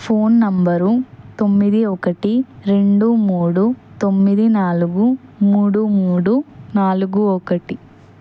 phone number తొమ్మిది ఒకటి రెండు మూడు తొమ్మిది నాలుగు మూడు మూడు నాలుగు ఒకటి